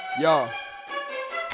Y'all